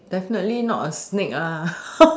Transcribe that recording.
definitely not a snake